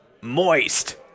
moist